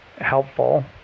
helpful